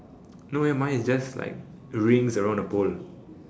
no eh mine is just like rings around the pole